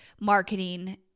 marketing